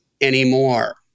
anymore